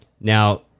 Now